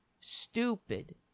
stupid